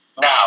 Now